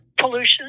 pollution